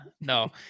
no